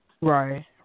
Right